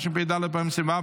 התשפ"ד 2024,